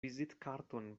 vizitkarton